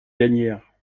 gagnaire